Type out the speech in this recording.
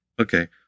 Okay